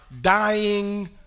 dying